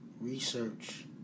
research